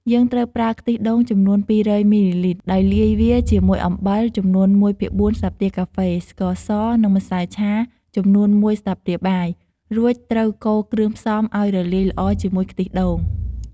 យើងត្រូវប្រើខ្ទិះដូងចំនួន ២០០មីលីលីត្រ ដោយលាយវាជាមួយអំបិល ចំនួន ១ភាគ៤ ស្លាបព្រាកាហ្វេ ស្ករស និងម្សៅឆាចំនួន មួយស្លាបព្រាបាយ រួចត្រូវកូរគ្រឿងផ្សំឱ្យរលាយល្អជាមួយខ្ទិះដូង។